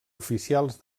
oficials